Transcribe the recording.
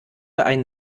einen